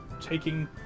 taking